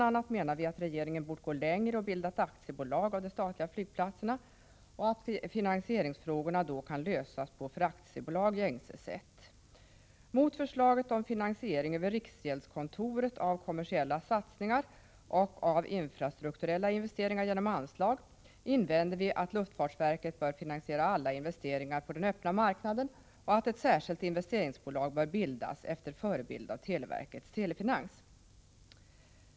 a. menar vi att regeringen bort gå längre och bildat aktiebolag av de statliga flygplatserna och att finansieringsfrågorna då kan lösas på för aktiebolag gängse sätt. Mot förslaget om finansiering över riksgäldskontoret av kommersiella satsningar och av infrastrukturella investeringar genom anslag invände vi att luftfartsverket bör finansiera alla investeringar på den öppna marknaden och att ett särskilt investeringsbolag bör bildas efter förebild av televerkets Telefinans.